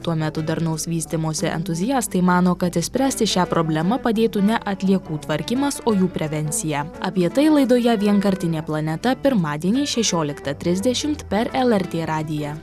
tuo metu darnaus vystymosi entuziastai mano kad išspręsti šią problemą padėtų ne atliekų tvarkymas o jų prevencija apie tai laidoje vienkartinė planeta pirmadienį šešioliktą trisdešimt per lrt radiją